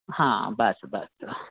हां बस बस